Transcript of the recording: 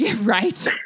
Right